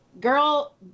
girl